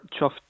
chuffed